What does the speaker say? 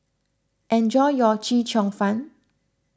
enjoy your Chee Cheong Fun